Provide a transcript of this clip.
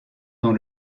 dans